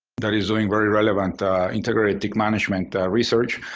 that is doing very relevant integrated tick management research,